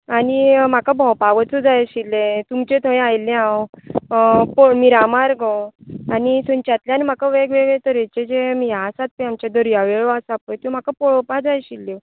आनी म्हाका भोंवपाक वचूंक जाय आशिल्लें तुमच्या थंय आयिल्लें हांव अह मिरामार गो आनी थंयच्यांतल्यान म्हाका वेगवेगळ्या तरेचें जें हें आसात पळय आमचें दर्यावेळो आसात पळय त्यो म्हाका पळोवपाक जाय आशिल्ल्यो